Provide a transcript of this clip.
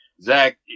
Zach